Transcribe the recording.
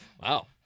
Wow